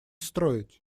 строить